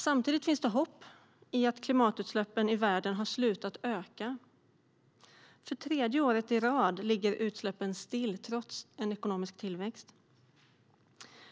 Samtidigt finns det hopp i och med att klimatutsläppen i världen har slutat att öka. För tredje året i rad ligger utsläppen stilla trots ekonomisk tillväxt.